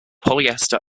polyester